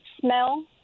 smell